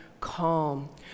calm